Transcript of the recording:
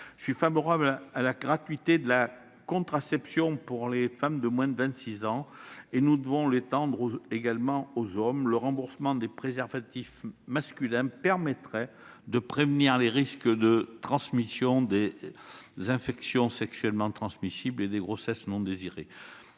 favorable à la gratuité de la contraception pour les femmes de moins de 26 ans, mais suggère de l'étendre aux hommes de la même tranche d'âge. Le remboursement des préservatifs masculins permettrait de prévenir les risques de transmission des infections sexuellement transmissibles (IST) et de grossesses non désirées.